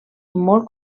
molt